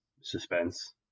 Suspense